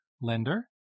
lender